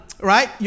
Right